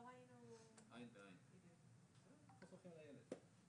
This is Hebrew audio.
להביא את זה יחד עם משרד הבריאות בצורה מסודרת פה בוועדה.